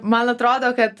man atrodo kad